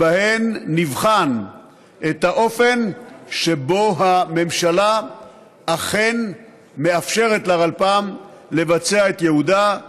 ובהן נבחן את האופן שבו הממשלה אכן מאפשרת לרלפ"מ לבצע את ייעודה,